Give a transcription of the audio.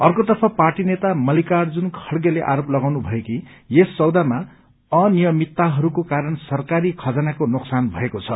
अकोतर्फ party नेता मल्लिकार्जुन खड़गेले आरोप लगाउनु भयो कि यस सौदामा अनियमितताहरूको कारण सरकारी खजानाको नोकसान भएको छ